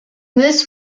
this